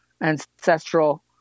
ancestral